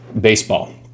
baseball